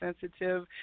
sensitive